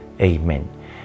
Amen